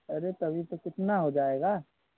अरे तभी तो कितना हो जाएगा